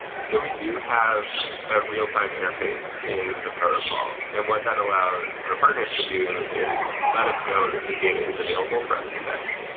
so we do have a real-time interface in the protocol, and what that allows our partners to do is let us know that new data is available for us to fetch.